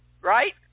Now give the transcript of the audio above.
Right